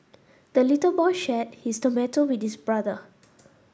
the little boy shared his tomato with his brother